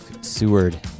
seward